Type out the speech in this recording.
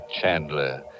Chandler